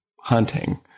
hunting